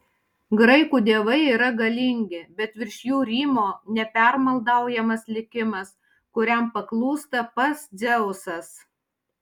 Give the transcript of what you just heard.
graikų dievai yra galingi bet virš jų rymo nepermaldaujamas likimas kuriam paklūsta pats dzeusas